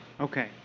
Okay